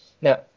Now